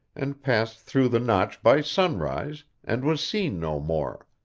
and passed through the notch by sunrise, and was seen no more.